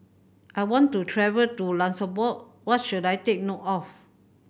I want to travel to Luxembourg what should I take note of